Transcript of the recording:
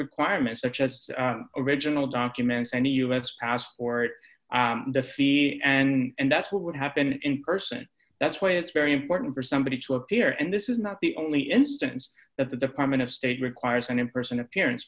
requirements such as original documents and a u s passport the fee and that's what would happen in person that's why it's very important for somebody to appear and this is not the only instance that the department of state requires and in person appearance